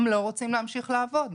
הם לא רוצים להמשיך לעבוד.